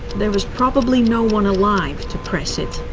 there was probably no one alive to press it.